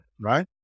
Right